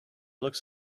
looks